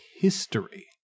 history